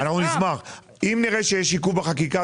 אם נראה שיש עיכוב בחקיקה,